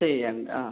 ചെയ്യണ്ട ആ